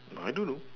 I don't know